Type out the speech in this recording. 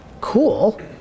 cool